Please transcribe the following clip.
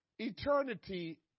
Eternity